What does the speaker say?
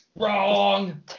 Wrong